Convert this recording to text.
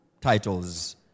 titles